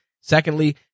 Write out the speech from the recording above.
Secondly